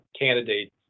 candidates